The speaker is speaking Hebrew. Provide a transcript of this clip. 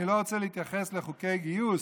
אני לא רוצה להתייחס לחוקי גיוס,